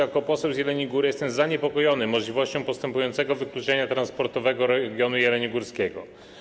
Jako poseł z Jeleniej Góry jestem zaniepokojony możliwością postępującego wykluczenia transportowego regionu jeleniogórskiego.